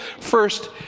first